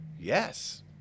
Yes